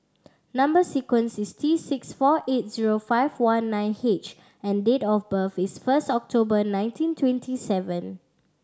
number sequence is T six four eight zero five one nine H and date of birth is first October nineteen twenty seven